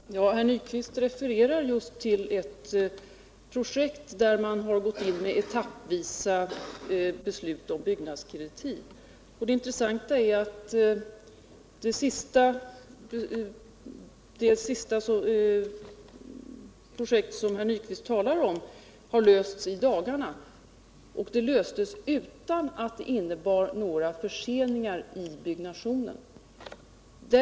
Herr talman! Herr Nyquist refererar just till ett projekt där man etappvis har gått in med beslut om byggnadskreditiv. Det intressanta är att när det gäller det projekt som herr Nyquist nämner sist har kreditfrågan lösts i dagarna utan att några förseningar i byggnationen har behövt uppkomma.